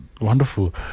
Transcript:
wonderful